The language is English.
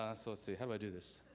ah so so how do i do this?